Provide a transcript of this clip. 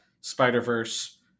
Spider-Verse